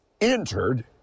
entered